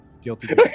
Guilty